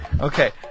Okay